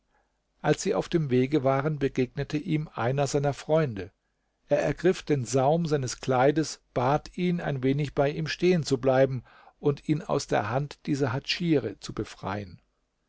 als sie auf dem wege waren begegnete ihm einer seiner freunde er ergriff den saum seines kleides bat ihn ein wenig bei ihm stehen zu bleiben und ihn aus der hand dieser hatschiere zu befreien